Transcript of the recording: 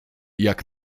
jak